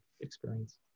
experience